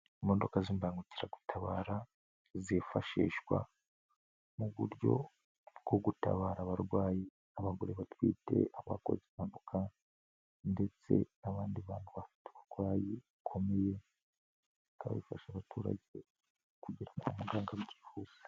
Imodoka z'imbangukiragutabara, zifashishwa mu buryo bwo gutabara abarwayi, abagore batwite, abakoze impanuka, ndetse n'abandi bantu bafite uburwayi bukomeye, igafasha abaturage kugera kwa muganga byihuse.